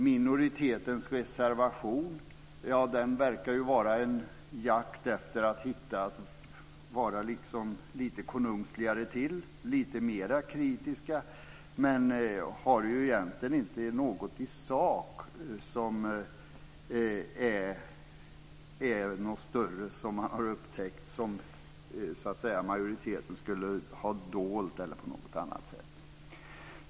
Minoritetens reservation verkar vara en jakt efter att vara liksom lite konungsligare till, lite mera kritisk, men den innehåller egentligen inte något större i sak som har upptäckts som majoriteten på något sätt skulle ha dolt.